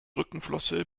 rückenflosse